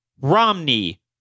Romney